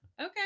Okay